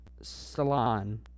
Salon